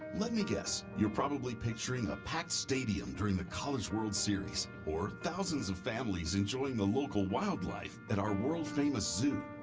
let me guess, you're probably picturing a packed stadium during the college world series, or thousands of families enjoying the local wildlife at our world famous zoo.